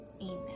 amen